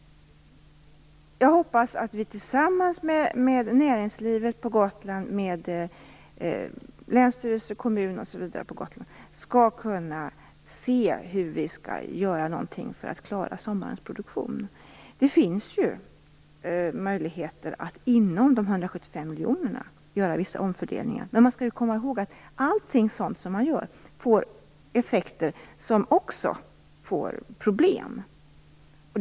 Jag hoppas att vi tillsammans med representanter för näringslivet, länsstyrelse och kommunerna på Gotland skall kunna se hur vi skall kunna göra något för att klara sommarens produktion. Det finns ju möjligheter att göra vissa omfördelningar inom ramen för de 175 miljoner kronorna. Men man skall komma ihåg att allt sådant kan få effekter som ger problem.